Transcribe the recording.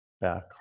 back